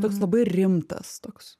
toks labai rimtas toks